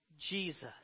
Jesus